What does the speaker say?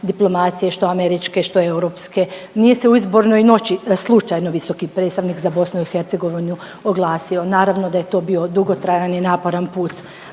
diplomacije što američke, što europske. Nije se u izbornoj noći slučajno visoki predstavnik za BiH oglasio. Naravno da je to bio dugotrajan i naporan ove